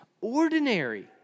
ordinary